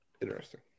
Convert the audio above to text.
Interesting